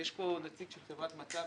יש פה נציג של חברת מ.צ.ב.,